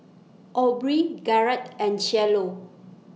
Aubrey Garett and Cielo